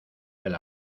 del